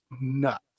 nuts